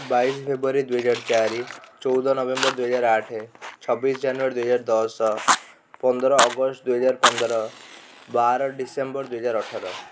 ବାଇଶି ଫେବୃଆରୀ ଦୁଇ ହଜାର ଚାରି ଚଉଦ ନଭେମ୍ବର ଦୁଇ ହଜାର ଆଠ ଛବିଶି ଜାନୁୟାରୀ ଦୁଇ ହଜାର ଦଶ ପନ୍ଦର ଅଗଷ୍ଟ ଦୁଇ ହଜାର ପନ୍ଦର ବାର ଡିସେମ୍ବର ଦୁଇ ହଜାର ଅଠର